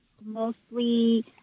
mostly